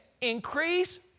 increase